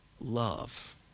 love